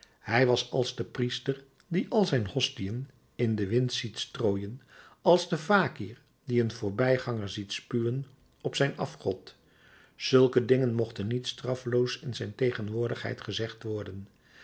hij was als de priester die al zijn hostiën in den wind ziet strooien als de fakir die een voorbijganger ziet spuwen op zijn afgod zulke dingen mochten niet straffeloos in zijn tegenwoordigheid gezegd worden